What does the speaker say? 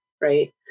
right